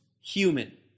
human